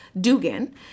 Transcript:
Dugan